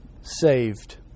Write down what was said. saved